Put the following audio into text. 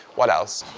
what else?